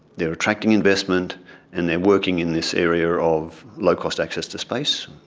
they are attracting investment and they are working in this area of low-cost access to space,